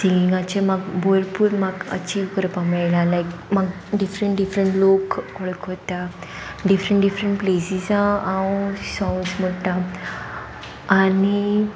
सिंगींगाचे म्हाक भरपूर म्हाक अचीव करपाक मेळ्ळां लायक म्हाक डिफरंट डिफरंट लोक वळखता डिफरंट डिफरंट प्लेसिसां हांव सोंग्स म्हुटां आनी